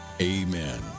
Amen